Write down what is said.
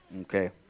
Okay